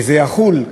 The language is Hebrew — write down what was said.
וזה יחול,